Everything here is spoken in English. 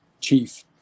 chief